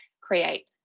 create